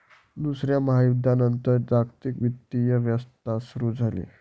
दुसऱ्या महायुद्धानंतर जागतिक वित्तीय व्यवस्था सुरू झाली